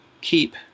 keep